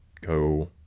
go